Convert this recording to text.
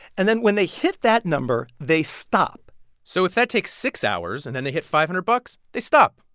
and then when they hit that number, they stop so if that takes six hours and then they hit five hundred bucks, they stop.